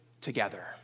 together